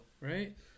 right